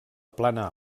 plana